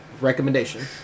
recommendation